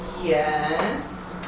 yes